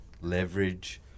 leverage